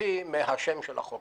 הסתייגותי מהשם של החוק.